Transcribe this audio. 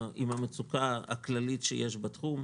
עם המצוקה הכללית שיש בתחום.